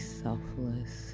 selfless